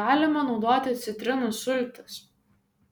galima naudoti citrinų sultis